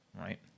right